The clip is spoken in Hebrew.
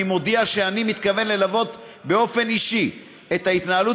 אני מודיע שאני מתכנן ללוות באופן אישי את ההתנהלות